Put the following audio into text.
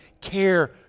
care